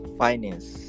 finance